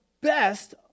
best